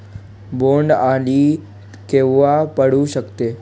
बोंड अळी केव्हा पडू शकते?